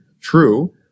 true